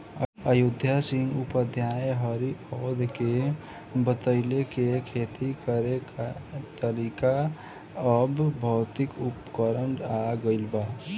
अयोध्या सिंह उपाध्याय हरिऔध के बतइले कि खेती करे खातिर अब भौतिक उपकरण आ गइल बा